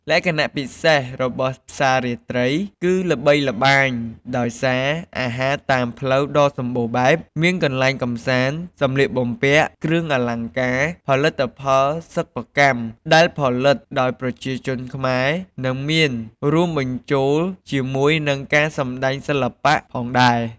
លក្ខណៈពិសេសរបស់ផ្សាររាត្រី គឺល្បីល្បាញដោយសារអាហារតាមផ្លូវដ៏សម្បូរបែប មានកន្លែងកម្សាន្ត សម្លៀកបំពាក់ គ្រឿងអលង្ការ ផលិតផលសិប្បកម្មដែលផលិតដោយប្រជាជនខ្មែរ និងមានរួមបញ្ចូលជាមួយនឹងការសម្តែងសិល្បៈផងដែរ។